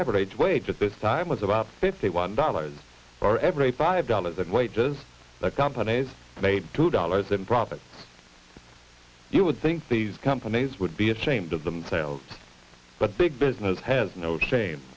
average wage at this time was about fifty one dollars for every five dollars in wages the companies made two dollars in profits you would think these companies would be ashamed of themselves but big business has no shame